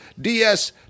DS